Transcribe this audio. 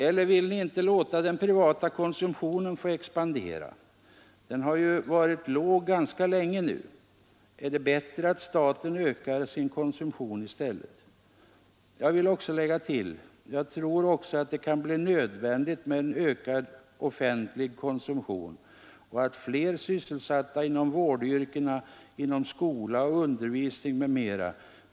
Eller vill ni inte låta den privata konsumtionen få expandera? Den har ju varit låg ganska länge nu. Är det bättre att staten ökar sin konsumtion istället? Jag vill också lägga till: Jag tror att det kan bli nödvändigt med en ökad offentlig konsumtion och att fler blir sysselsatta inom vårdyrkena, inom skola och undervisning m.m.